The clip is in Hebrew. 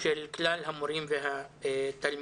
של כלל המורים והתלמידים.